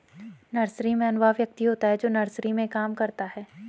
nurseryman वह व्यक्ति होता है जो नर्सरी में काम करता है